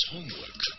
homework